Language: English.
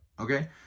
Okay